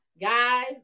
guys